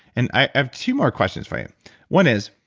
and i have two more questions for you one is,